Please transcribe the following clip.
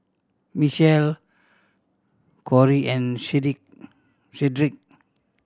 Mitchell Kori and Shedrick